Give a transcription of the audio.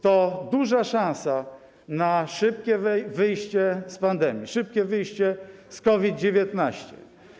To duża szansa na szybkie wyjście z pandemii, szybkie wyjście z COVID-19.